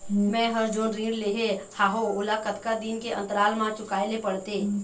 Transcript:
मैं हर जोन ऋण लेहे हाओ ओला कतका दिन के अंतराल मा चुकाए ले पड़ते?